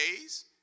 days